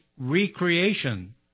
recreation